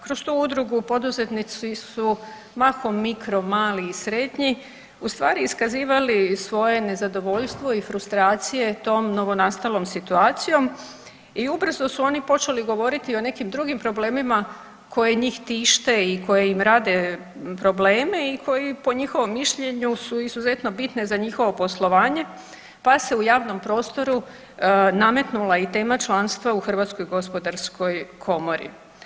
Kroz tu udrugu poduzetnici su mahom mikro, mali i srednji ustvari iskazivali svoje nezadovoljstvo i frustracije tom novonastalom situacijom i ubrzo su oni počeli govoriti o nekim drugim problemima koje njih tište i koji im rade probleme i koji po njihovom mišljenju su izuzetno bitne za njihovo poslovanje pa se u javnom prostoru nametnula i tema članstva u HGK-u.